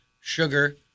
sugar